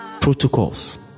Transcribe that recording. Protocols